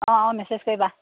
অঁ অঁ মেছেজ কৰিবা